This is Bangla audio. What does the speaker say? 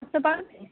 পারোনি